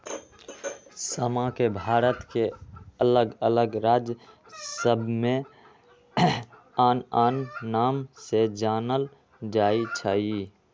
समा के भारत के अल्लग अल्लग राज सभमें आन आन नाम से जानल जाइ छइ